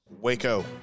Waco